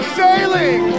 sailing